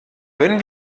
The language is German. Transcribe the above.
wenn